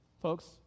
Folks